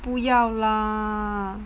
不要啦